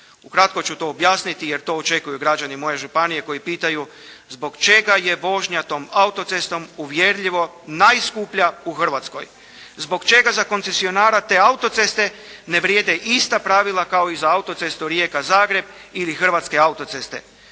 Ukratko ću to objasniti jer to očekuju građani moje županije koji pitaju zbog čega je vožnja tom autocestom uvjerljivo najskuplja u Hrvatskoj, zbog čega za koncesionara te autoceste ne vrijede ista pravila kao i za autocestu Rijeka-Zagreb ili hrvatske autoceste.